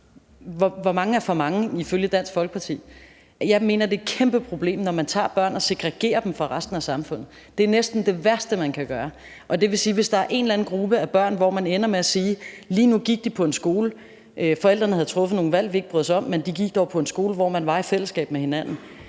hvor mange er så for mange ifølge Dansk Folkeparti? Jeg mener, det er et kæmpeproblem, når man tager børn og segregerer dem fra resten af samfundet. Det er næsten det værste, man kan gøre. Det vil sige, at hvis der er en eller anden gruppe af børn, som lige nu går på en skole, hvor forældrene havde truffet nogle valg, vi ikke bryder os om, men man ender med at sige, at de dog gik på en skole, hvor man var i et fællesskab med hinanden,